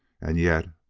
and yet,